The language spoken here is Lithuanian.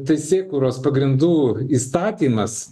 teisėkūros pagrindų įstatymas